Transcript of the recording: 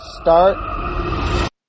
start